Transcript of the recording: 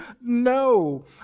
no